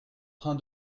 train